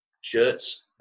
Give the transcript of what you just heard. shirts